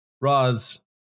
Roz